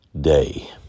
day